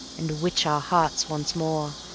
and witch our hearts once more.